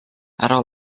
ära